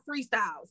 freestyles